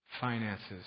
finances